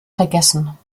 vergessen